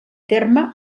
terme